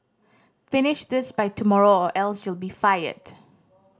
finish this by tomorrow or else you'll be fired